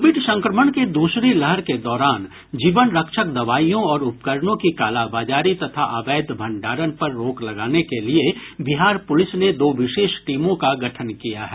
Covid संक्रमण के दूसरी लहर के दौरान जीवन रक्षक दवाईयों और उपकरणों की कालाबाजारी तथा अवैध भंडारण पर रोक लगाने के लिये बिहार पुलिस ने दो विशेष टीमों का गठन किया है